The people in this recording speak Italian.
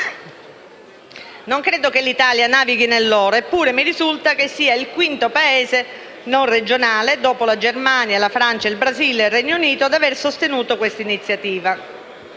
Non credo che l'Italia navighi nell'oro. Eppure, mi risulta che sia il quinto Paese non regionale, dopo Germania, Francia, Brasile e Regno Unito ad avere sostenuto questa iniziativa,